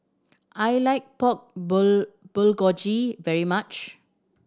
I like Pork Bulgogi very much